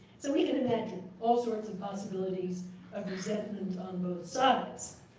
so we can imagine all sorts of possibilities of resentment on both sides.